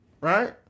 right